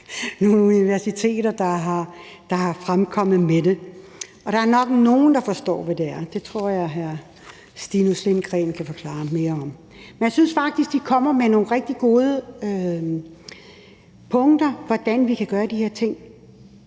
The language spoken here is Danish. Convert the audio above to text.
nogle universiteter, der er fremkommet med det, og der er nok nogen, der forstår, hvad der er. Det tror jeg hr. Stinus Lindgreen kan forklare mere om. Men jeg synes faktisk, de kommer med nogle rigtig gode punkter om, hvordan vi kan gøre de her ting.